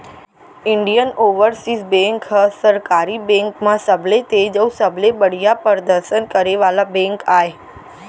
Indian Overseas Bank ह सरकारी bank म सबले तेज अउ सबले बड़िहा परदसन करे वाला बेंक आय